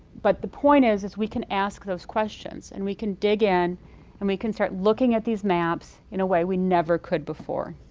but the point is, is we can ask those questions and we can dig in and we can start looking at these maps in a way we never could before.